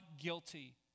guilty